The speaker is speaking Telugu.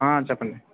చెప్పండి